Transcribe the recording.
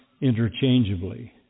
interchangeably